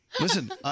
Listen